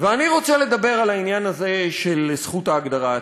אני רוצה לדבר על העניין הזה של זכות ההגדרה העצמית.